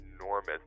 enormous